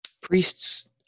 priests